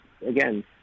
again